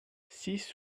six